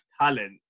talent